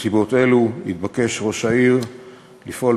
בנסיבות אלו התבקש ראש עיריית אשקלון לפעול